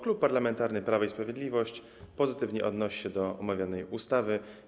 Klub Parlamentarny Prawo i Sprawiedliwość pozytywnie odnosi się do omawianej ustawy.